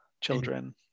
Children